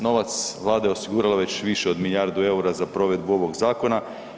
Novac, Vlada je osigurala već više od milijardu EUR-a za provedbu ovog zakona.